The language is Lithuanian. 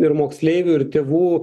ir moksleivių ir tėvų